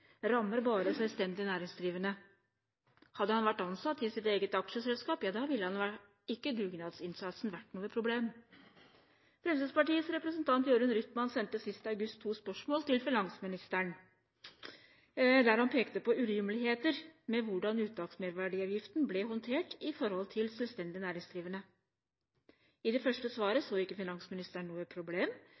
rammer bare selvstendig næringsdrivende. Hadde han vært ansatt i sitt eget aksjeselskap, ville ikke dugnadsinnsatsen vært noe problem. Fremskrittspartiets representant Jørund Rytman sendte sist august to spørsmål til finansministeren, der han pekte på urimeligheter med hvordan uttaksmerverdiavgiften ble håndtert for selvstendig næringsdrivende. I det første svaret så ikke finansministeren noe problem